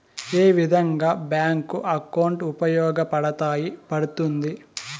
ఏ విధంగా bank account ఉపయోగపడతాయి పడ్తుంది